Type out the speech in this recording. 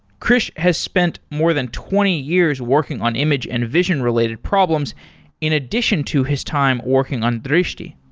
krish has spent more than twenty years working on image and vision-related problems in addition to his time working on drishti